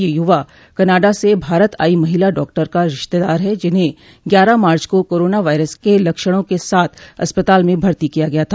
यह यूवा कनाडा से भारत आई महिला डॉक्टर का रिश्तेदार है जिन्हें ग्यारह मार्च को कोराना के लक्षणों के साथ अस्पताल में भर्ती किया गया था